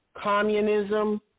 Communism